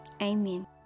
amen